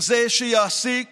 כזה שיעסיק